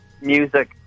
Music